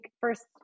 first